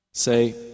Say